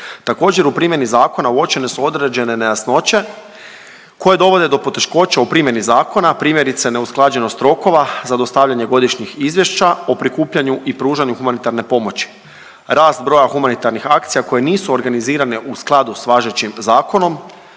Također u primjeni zakona uočene su određene nejasnoće koje dovode do poteškoća u primjeni zakona, primjerice neusklađenost rokova za dostavljanje godišnjih izvješća o prikupljanju i pružanju humanitarne pomoći. Rast broj humanitarnih akcija koje nisu organizirane u skladu s važećim zakonom,